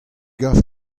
gav